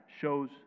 shows